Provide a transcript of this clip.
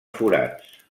forats